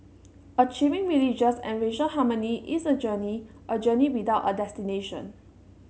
achieving religious and racial harmony is a journey a journey without a destination